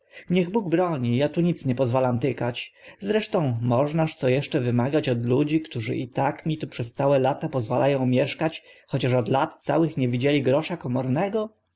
niech bóg broni a tu nic nie pozwalam tykać asan a acan daw starop tytuł grzecznościowy pan waćpan zwierciadlana zagadka zresztą możnaż co eszcze wymagać od ludzi którzy i tak mi tu przez całe lata pozwala ą mieszkać chociaż od całych lat nie widzieli grosza komornego